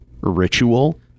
ritual